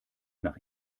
nach